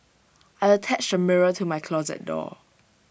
I attached A mirror to my closet door